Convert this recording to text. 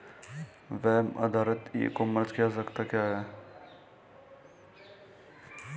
Web आधारित e commerce की आवश्यकता क्या है?